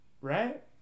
right